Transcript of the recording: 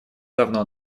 давно